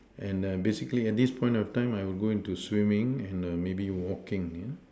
and basically at this point of time I will go into swimming and maybe walking yeah